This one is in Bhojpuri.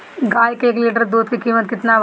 गाय के एक लिटर दूध के कीमत केतना बा?